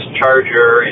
charger